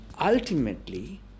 Ultimately